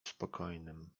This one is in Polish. spokojnym